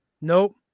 Nope